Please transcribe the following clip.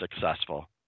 successful